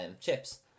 chips